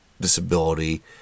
disability